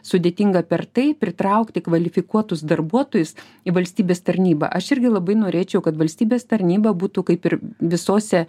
sudėtinga per tai pritraukti kvalifikuotus darbuotojus į valstybės tarnybą aš irgi labai norėčiau kad valstybės tarnyba būtų kaip ir visose